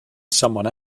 someone